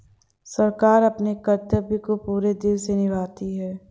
सरकार अपने कर्तव्य को पूरे दिल से निभाती है